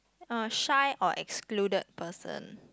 are shy or excluded person